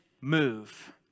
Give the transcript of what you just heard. move